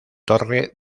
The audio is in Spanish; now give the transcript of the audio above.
torre